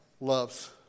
loves